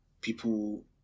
People